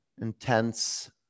intense